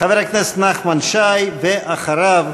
חבר הכנסת נחמן שי, ואחריו,